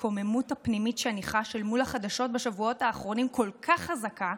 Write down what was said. ההתקוממות הפנימית שאני חש אל מול החדשות בשבועות האחרונים כל כך חזקה,